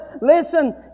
listen